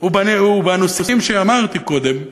ובנושאים שאמרתי קודם,